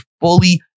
fully